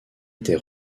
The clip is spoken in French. était